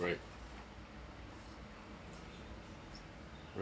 right